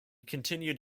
continued